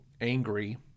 angry